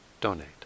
donate